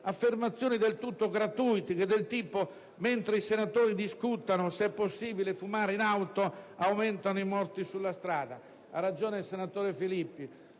affermazioni del tutto gratuite, del tipo: «Mentre i senatori discutono se è possibile fumare in auto, aumentano i morti sulla strada!». Ha ragione il senatore Filippi: